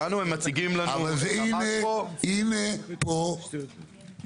לנו הם מציגים -- הנה, פה קבור